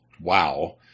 wow